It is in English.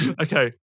Okay